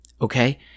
okay